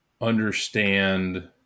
understand